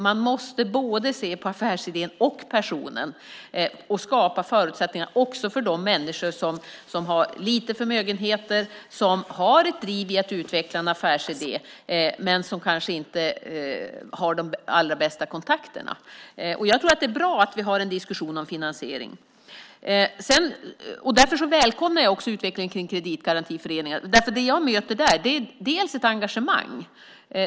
Man måste se både affärsidén och personen och skapa förutsättningar också för de människor som saknar förmögenhet och inte har de allra bästa kontakterna men har ett driv i att utveckla en affärsidé. Det är bra att vi har en diskussion om finansiering. Jag välkomnar också utveckling av kreditgarantiföreningar, för det jag möter där är ett engagemang.